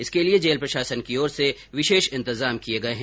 इसके लिए जेल प्रशासन की ओर से विशेष इंतजाम किये गये हैं